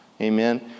Amen